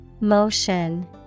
Motion